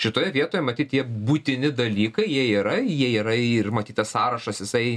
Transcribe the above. šitoje vietoje matyt tie būtini dalykai jie yra jie yra ir matytas sąrašas jisai